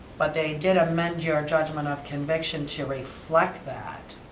but they did amend your judgment of conviction to reflect that.